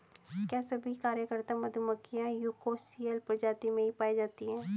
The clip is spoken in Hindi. क्या सभी कार्यकर्ता मधुमक्खियां यूकोसियल प्रजाति में ही पाई जाती हैं?